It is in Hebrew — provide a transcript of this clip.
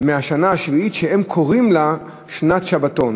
מהשנה השביעית שהם קוראים לה שנת שבתון,